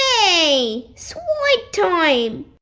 yay! slide time!